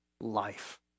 life